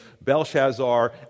Belshazzar